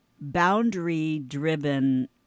boundary-driven